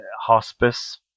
hospice